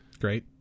Great